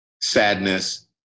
sadness